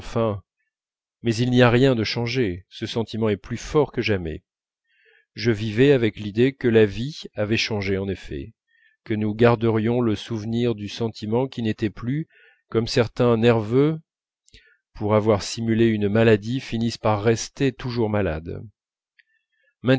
mais il n'y a rien de changé ce sentiment est plus fort que jamais je vivais avec l'idée que la vie avait changé en effet que nous garderions le souvenir du sentiment qui n'était plus comme certains nerveux pour avoir simulé une maladie finissent par rester toujours malades